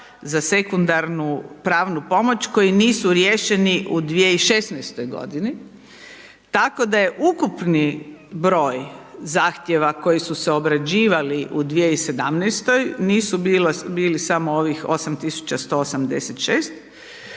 za sekundarnu pravnu pomoć koji nisu riješeni u 2016. g. tako da je ukupni broj zahtjeva koji su se obrađivali u 2017. nisu bili samo ovih 8168